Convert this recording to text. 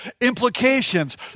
implications